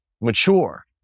mature